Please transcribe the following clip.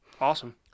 awesome